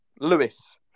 Lewis